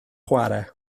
chwarae